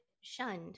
shunned